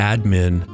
Admin